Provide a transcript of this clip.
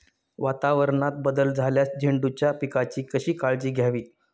वातावरणात बदल झाल्यास झेंडूच्या पिकाची कशी काळजी घ्यावी?